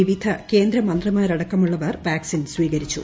വിവിധ കേന്ദ്ര മന്ത്രിമാരടക്കമുള്ളവർ വാക്സിൻ സ്വീകരിച്ചു